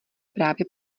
právě